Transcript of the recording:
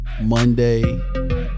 Monday